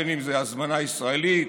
בין שזו הזמנה ישראלית,